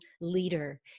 leader